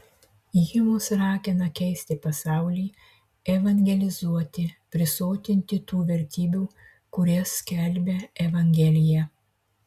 ji mus ragina keisti pasaulį evangelizuoti prisotinti tų vertybių kurias skelbia evangelija